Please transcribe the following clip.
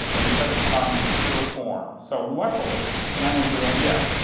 and just have it come out in this pure form? so luckily can i interrupt? yeah.